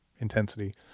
intensity